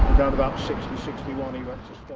round about sixty, sixty one, he went